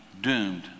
doomed